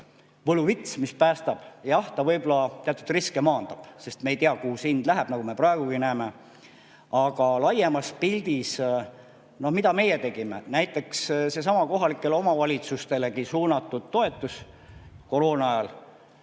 võluvits, mis päästab. Jah, see võib-olla teatud riske maandab, sest me ei tea, kuhu see hind läheb, nagu me praegugi näeme. Aga laiemas pildis ... Noh, mida meie tegime: näiteks kohalikele omavalitsustele suunatud toetus koroonaajal.